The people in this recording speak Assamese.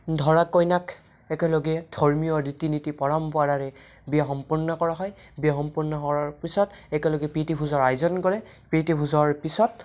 দৰা কইনাক একেলগে ধৰ্মীয় ৰীতি নীতি পৰম্পৰাৰে বিয়া সম্পন্ন কৰা হয় বিয়া সম্পূৰ্ণ হোৱাৰ পিছত একেলগে প্ৰীতিভোজৰ আয়োজন কৰে প্ৰীতিভোজৰ পিছত